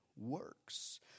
works